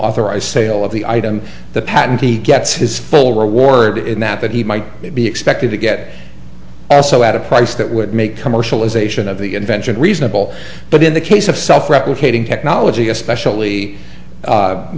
authorized sale of the item the patent he gets his full reward in that that he might be expected to get also at a price that would make commercialization of the invention reasonable but in the case of self replicating technology especially